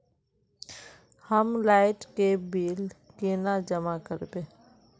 हम लाइट के बिल केना जमा करबे?